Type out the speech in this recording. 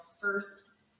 first